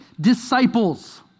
disciples